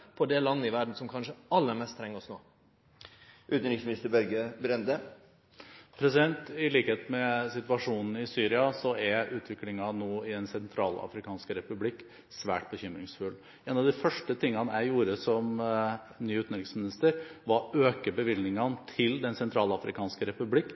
det landet i verda som kanskje treng oss aller mest no? I likhet med situasjonen i Syria er utviklingen i Den sentralafrikanske republikk nå svært bekymringsfull. En av de første tingene jeg gjorde som ny utenriksminister, var å øke bevilgningene til Den sentralafrikanske republikk